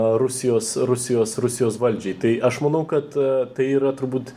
rusijos rusijos rusijos valdžiai tai aš manau kad tai yra turbūt